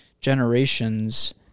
generations